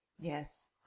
Yes